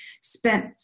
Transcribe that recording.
spent